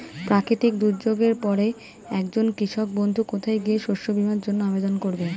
প্রাকৃতিক দুর্যোগের পরে একজন কৃষক বন্ধু কোথায় গিয়ে শস্য বীমার জন্য আবেদন করবে?